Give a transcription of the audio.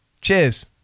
Cheers